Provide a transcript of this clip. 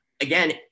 again